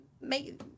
make